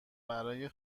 برای